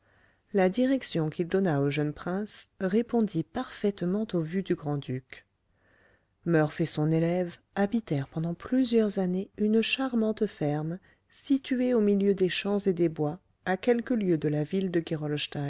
la direction qu'il donna au jeune prince répondit parfaitement aux vues du grand-duc murph et son élève habitèrent pendant plusieurs années une charmante ferme située au milieu des champs et des bois à quelques lieues de la ville de